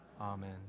Amen